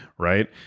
Right